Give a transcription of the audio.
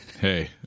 hey